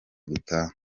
gutaha